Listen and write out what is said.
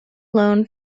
loan